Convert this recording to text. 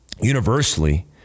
universally